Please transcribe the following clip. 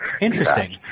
Interesting